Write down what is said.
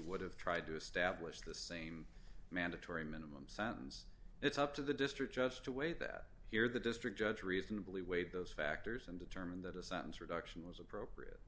would have tried to establish the same mandatory minimum sentence it's up to the district just a way that here the district judge reasonably weighed those factors and determined that a sentence reduction was appropriate